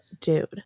dude